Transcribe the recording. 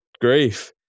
grief